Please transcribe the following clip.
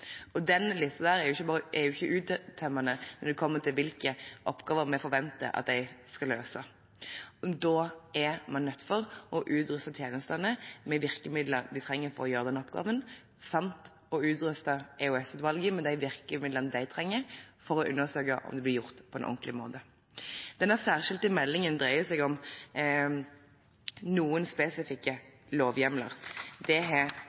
Den listen er jo ikke uttømmende når det kommer til hvilke oppgaver vi forventer at de skal løse. Da er man nødt til å utruste tjenestene med virkemidler de trenger for å gjøre oppgavene, samt utruste EOS-utvalget med de virkemidlene de trenger for å undersøke om det blir gjort på en ordentlig måte. Denne særskilte meldingen dreier seg om noen spesifikke lovhjemler. Det har